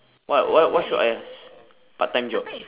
what what what should I ask part time job